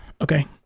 okay